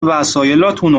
وسایلاتون